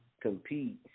compete